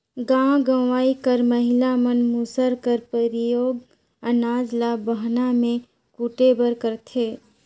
गाँव गंवई कर महिला मन मूसर कर परियोग अनाज ल बहना मे कूटे बर करथे